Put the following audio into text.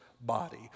body